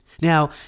Now